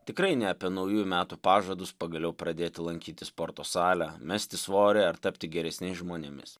tikrai ne apie naujųjų metų pažadus pagaliau pradėti lankyti sporto salę mesti svorį ar tapti geresniais žmonėmis